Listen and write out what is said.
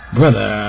Brother